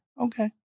Okay